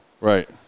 Right